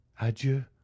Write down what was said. adieu